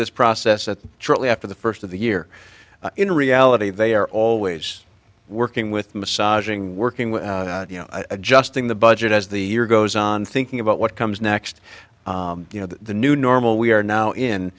this process at truly after the first of the year in reality they are always working with massaging working with you know adjusting the budget as the year goes on thinking about what comes next you know that the new normal we are now in